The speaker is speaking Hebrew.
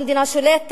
המדינה שולטת,